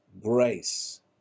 grace